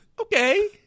Okay